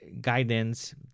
guidance